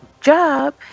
job